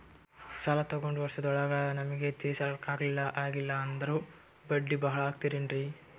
ಸಾಲ ತೊಗೊಂಡು ವರ್ಷದೋಳಗ ನಮಗೆ ತೀರಿಸ್ಲಿಕಾ ಆಗಿಲ್ಲಾ ಅಂದ್ರ ಬಡ್ಡಿ ಬಹಳಾ ಆಗತಿರೆನ್ರಿ?